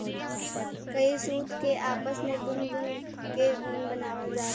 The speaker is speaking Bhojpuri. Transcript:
कई सूत के आपस मे बुन बुन के ऊन बनावल जाला